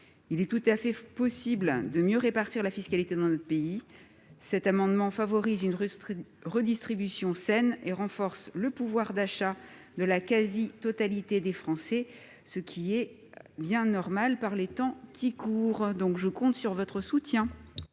Il est tout à fait possible de mieux répartir la fiscalité dans notre pays. Cet amendement tend à favoriser une redistribution saine et à renforcer le pouvoir d'achat de la quasi-totalité des Français, ce qui est bien légitime par les temps qui courent. Je compte donc, mes